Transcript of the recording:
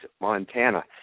Montana